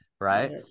right